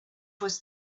was